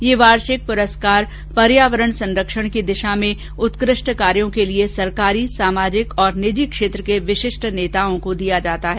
यह वार्षिक प्रस्कार पर्यावरण संरक्षण की दिशा में उत्कृष्ट कार्यों के लिए सरकारी सामाजिक और निजी क्षेत्र के विशिष्ट नेताओं को दिया जाता है